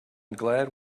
glad